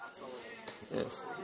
Yes